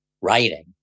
writing